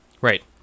Right